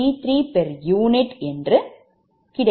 எனவே அது fault மின்னோட்டமாகும்